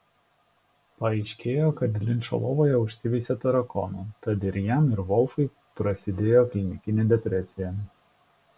paaiškėjo kad linčo lovoje užsiveisė tarakonų tad ir jam ir volfui prasidėjo klinikinė depresija